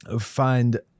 find